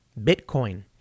Bitcoin